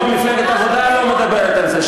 היום מפלגת העבודה לא מדברת על זה,